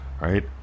right